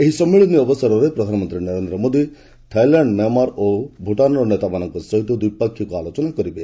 ଏହି ସମ୍ମିଳନୀ ଅବସରରେ ପ୍ରଧାନମନ୍ତ୍ରୀ ନରେନ୍ଦ୍ର ମୋଦି ଥାଇଲ୍ୟାଣ୍ଡ ମ୍ୟାମାର୍ ଓ ଭୂଟାନ୍ର ନେତାମାନଙ୍କ ସହ ଦ୍ୱିପାକ୍ଷିକ ଆଲୋଚନା କରିବେ